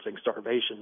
starvation